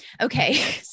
Okay